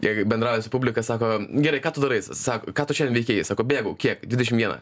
jie gi bendrauja su publika sako gerai ką tu darai s sa ką tu šian veikei sako bėgau kiek dvidešim vieną